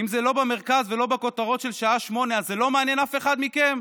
אם זה לא במרכז ולא בכותרות של שעה שמונה אז זה לא מעניין אף אחד מכם?